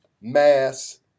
Mass